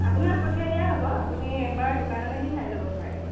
আপোনাক পঠিয়াই দিয়া হ'ব আপুনি এবাৰ দোকানত আহি চাই লব পাৰে